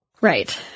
Right